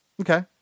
Okay